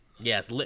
Yes